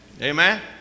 Amen